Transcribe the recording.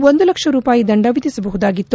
ಒಂದು ಲಕ್ಷ ರೂಪಾಯಿ ದಂಡ ವಿಧಿಸಬಹುದಾಗಿತ್ತು